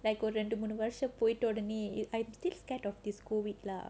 like ஒரு ரெண்டு மூணு வருஷம் போய்ட்ட ஒடனே:oru rendu moonu varusham poyitta odanae I still scared of this COVID lah